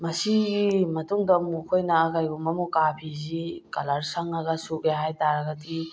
ꯃꯁꯤꯒꯤ ꯃꯇꯨꯡꯗ ꯑꯃꯨꯛ ꯑꯩꯈꯣꯏꯅ ꯀꯩꯒꯨꯝꯕ ꯃꯨꯀꯥ ꯐꯤꯁꯤ ꯀꯂꯔ ꯁꯪꯉꯒ ꯁꯨꯒꯦ ꯍꯥꯏꯇꯥꯔꯒꯗꯤ